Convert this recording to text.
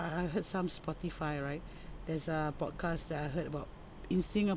uh I heard some spotify right there's a podcast that I heard about in Singapore